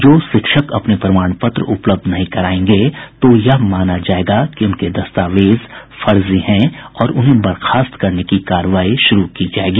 जो शिक्षक अपने प्रमाण पत्र उपलब्ध नहीं करायेंगे तो यह माना जायेगा कि उनके दस्तावेज फर्जी हैं और उन्हें बर्खास्त करने की कार्रवाई शुरू की जायेगी